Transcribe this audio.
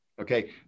Okay